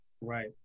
Right